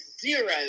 zero